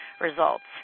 results